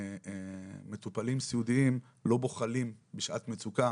מטופלים סיעודיים לא בוחלים בשעת מצוקה